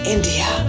India